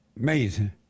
Amazing